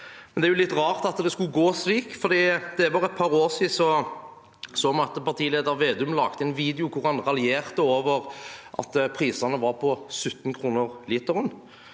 men det er jo litt rart at det skulle gå slik, for det er bare et par år siden partileder Vedum lagde en video der han raljerte over at prisene var på 17 kr literen.